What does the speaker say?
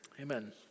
Amen